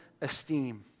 esteem